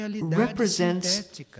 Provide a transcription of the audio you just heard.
represents